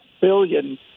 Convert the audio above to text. billion